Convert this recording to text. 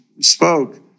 spoke